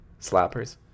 slappers